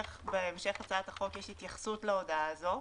בהמשך הצעת החוק יש התייחסות להודעה הזאת.